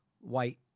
white